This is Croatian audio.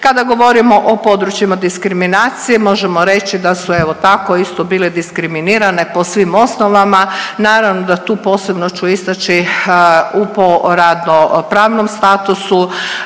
Kada govorimo o područjima diskriminacije možemo reći da su evo tako isto bile diskriminirane po svim osnovama, naravno da tu posebno ću istaći u po ravnopravnom statusu,